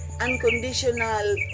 unconditional